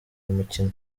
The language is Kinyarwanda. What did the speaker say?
mukino